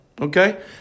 Okay